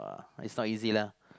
it's not easy lah